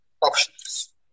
options